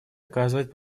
оказывать